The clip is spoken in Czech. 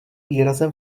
výrazem